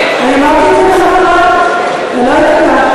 אמרתי לחברי, אתה לא היית כאן.